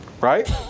Right